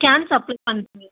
can supply பண்ணுற